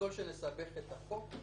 ככל שנסבך את החוק,